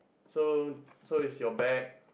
so so is your bag